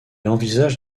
envisage